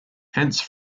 hence